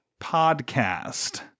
podcast